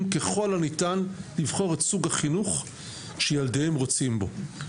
ככל הניתן לבחור את סוג החינוך שילדיהם רוצים בו.